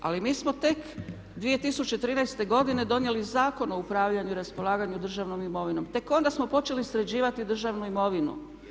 Ali mi smo tek 2013. godine donijeli Zakon o upravljanju i raspolaganju državnom imovinom, tek onda smo počeli sređivati državnu imovinu.